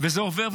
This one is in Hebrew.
וזה עובר,